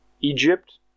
Egypt